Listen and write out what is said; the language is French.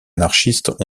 anarchistes